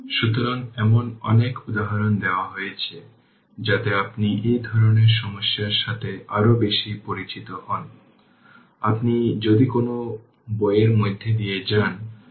সুতরাং 40 08 তারপর প্রথমে টার্মিনাল এনকাউন্টারিং তারপর Voc 0